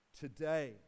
Today